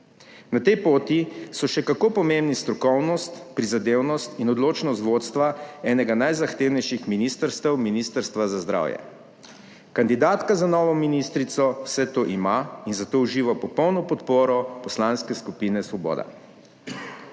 Na tej poti so še kako pomembni strokovnost, prizadevnost in odločnost vodstva enega najzahtevnejših ministrstev, Ministrstva za zdravje. Kandidatka za novo ministrico vse to ima in za to uživa popolno podporo poslanske skupine Svoboda.